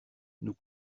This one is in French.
nous